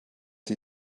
sie